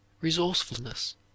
resourcefulness